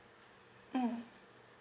mm